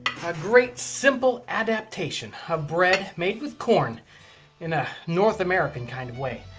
a great simple adaptation of bread made with corn in a north american kind of way.